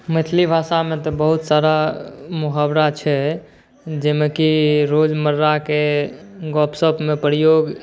मैथिली भाषामे तऽ बहुत सारा मुहावरा छै जाहिमे कि रोजमर्राके गपशपमे प्रयोग